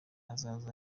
ahazaza